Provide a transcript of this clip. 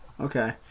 Okay